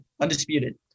Undisputed